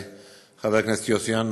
חבר הכנסת יוסי יונה,